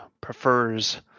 prefers